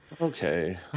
Okay